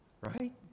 right